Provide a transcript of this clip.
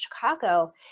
Chicago